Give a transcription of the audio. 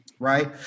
Right